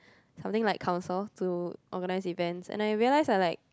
something like council to organize events and I realized I like